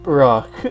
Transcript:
rock